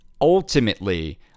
Ultimately